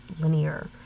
linear